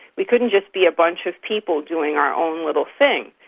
we couldn't just be a bunch of people doing our own little thing.